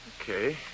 Okay